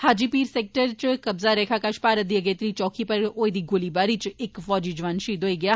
Haji Pir sector च कब्जा रेखा कश भारत दी इक अगेत्री चौकी पर होई दी गोलाबारी च इक फौजी जवान शहीद होई गेआ